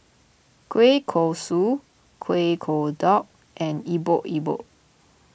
Kueh Kosui Kuih Kodok and Epok Epok